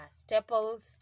staples